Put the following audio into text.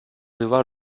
devoir